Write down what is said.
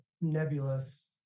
nebulous